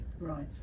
Right